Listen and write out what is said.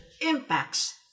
impacts